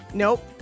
Nope